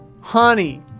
Honey